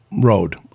road